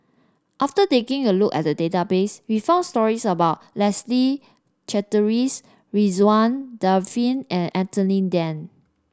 after taking a look at the database we found stories about Leslie Charteris Ridzwan Dzafir and Anthony Then